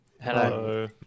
Hello